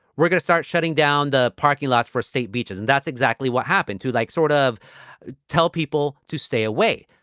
we're going to start shutting down the parking lots for state beaches. and that's exactly what happened to like sort of tell people to stay away.